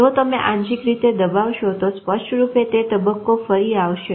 જો તમે આંશિક રીતે દબાવશો તો સ્પષ્ટરૂપે તે તબક્કો ફરી આવશે